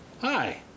Hi